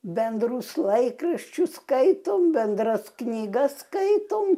bendrus laikraščius skaitom bendras knygas skaitom